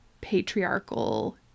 patriarchal